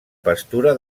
pastura